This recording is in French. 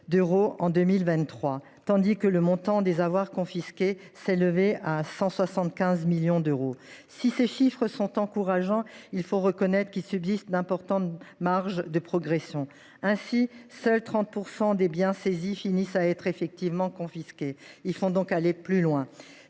d’euros en 2023, tandis que le montant des avoirs confisqués s’élevait à 175 millions d’euros. Si ces chiffres sont encourageants, il faut reconnaître que subsistent d’importantes marges de progression. Ainsi, seuls 30 % des biens saisis finissent par être effectivement confisqués. Il faut donc aller plus loin.